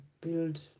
build